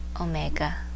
OMEGA